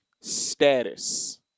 status